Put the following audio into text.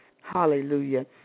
Hallelujah